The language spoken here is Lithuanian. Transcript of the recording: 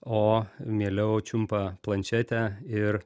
o mieliau čiumpa planšetę ir